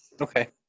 Okay